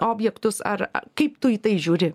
objektus ar kaip tu į tai žiūri